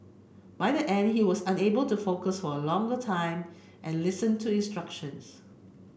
by the end he was unable to focus for a longer time and listen to instructions